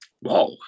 wow